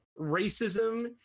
racism